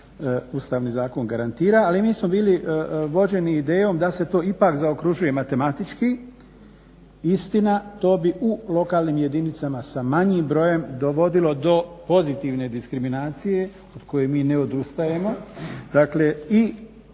Ustavni zakon garantira, ali mi smo bili vođeni idejom da se to ipak zaokružuje matematički. Istina to bi u lokalnim jedinicama sa manjim brojem dovodilo do pozitivne diskriminacije od koje mi ne odustajemo,